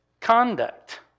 conduct